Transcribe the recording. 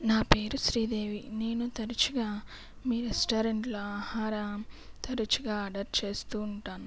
నా పేరు శ్రీదేవి నేను తరచుగా మీ రెస్టారెంట్లో ఆహారం తరచుగా ఆర్డర్ చేస్తూ ఉంటాను